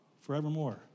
forevermore